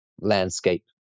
landscape